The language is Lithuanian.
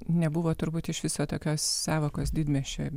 nebuvo turbūt iš viso tokios sąvokos didmiesčio